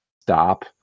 stop